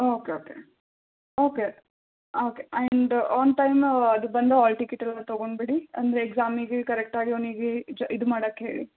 okay okay okay okay and one time ಅದು ಬಂದು hall ticket ಎಲ್ಲ ತೊಗೊಂಡುಬಿಡಿ ಅಂದರೆ ಎಕ್ಸಾಮಿಗೆ ಕರೆಕ್ಟಾಗಿ ಅವನಿಗೆ ಇದು ಮಾಡಕ್ಕೆ ಹೇಳಿ